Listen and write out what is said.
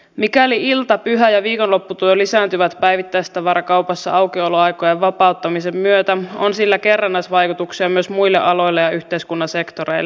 mikäli ilta pyhä ja viikonlopputyö lisääntyvät päivittäistavarakaupassa aukioloaikojen vapauttamisen myötä on sillä kerrannaisvaikutuksia myös muille aloille ja yhteiskunnan sektoreille